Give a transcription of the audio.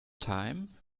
time